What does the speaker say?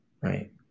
Right